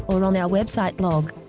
or on our website blog.